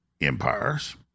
empires